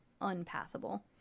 unpassable